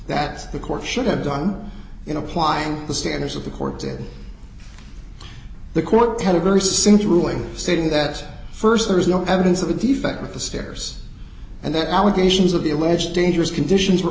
that the court should have done in applying the standards of the court did the court had a very simple ruling stating that st there is no evidence of a defect with the stairs and that allegations of the alleged dangerous conditions were